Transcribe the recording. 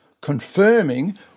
confirming